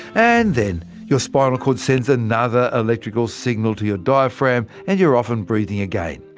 and then your spinal cord sends another electrical signal to your diaphragm, and you're off and breathing again.